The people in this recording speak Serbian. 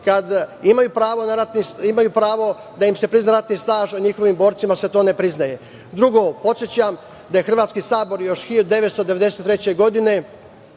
oni imaju pravo da im se prizna ratni staž a njihovim borcima se to ne priznaje? Drugo, podsećam da je hrvatski Sabor još 1993. godine